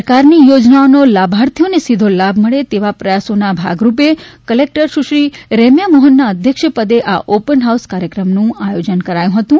સરકારની યોજનાઓનો લાભાર્થીઓને સીધો લાભ મળે તેવા પ્રયાસોના ભાગરૂપે ક્લેક્ટર સુશ્રી રેમ્યા મોહનના અધ્યક્ષપદે આ ઓપન હાઉસ કાર્યક્રમનું આયોજન કરાયું હતું